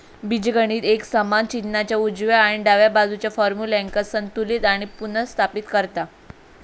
बीजगणित एक समान चिन्हाच्या उजव्या आणि डाव्या बाजुच्या फार्म्युल्यांका संतुलित आणि पुनर्स्थापित करता